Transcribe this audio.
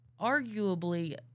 arguably